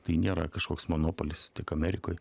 tai nėra kažkoks monopolis tiek amerikoj